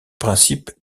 principe